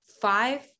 five